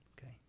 okay